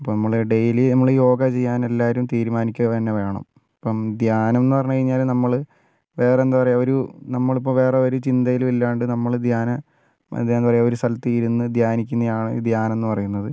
അപ്പോൾ നമ്മൾ ഡെയിലി നമ്മൾ യോഗ ചെയ്യാൻ എല്ലാരും തിരുമാനിക്കുക തന്നെ വേണം ഇപ്പം ധ്യാനം എന്ന് പറഞ്ഞു കഴിഞ്ഞാൽ നമ്മൾ വേറെ എന്താ പറയുക ഒരു നമ്മൾ ഇപ്പോൾ വേറെ ഒരു ചിന്തയിലും ഇല്ലാണ്ട് നമ്മൾ ധ്യാനം എന്താ പറയുക ഒരു സ്ഥലത്ത് ഇരുന്നു ധ്യാനിക്കുന്നതാണ് ധ്യാനം എന്ന് പറയുന്നത്